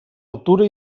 altura